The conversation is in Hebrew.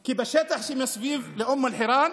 כי בשטח שמסביב לאום אל-חיראן